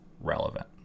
relevant